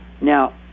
Now